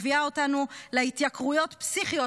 מביאה אותנו להתייקרויות פסיכיות,